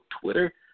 Twitter